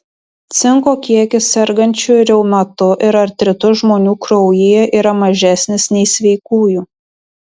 cinko kiekis sergančių reumatu ir artritu žmonių kraujyje yra mažesnis nei sveikųjų